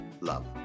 love